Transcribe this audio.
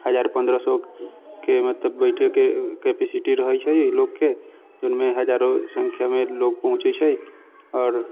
हजार पन्द्रह सएके ओहिमे बैठेके कैपेसिटी रहै छै लोकके जाहिमे हजारोंके संख्यामे लोक पहुँचे छै आओर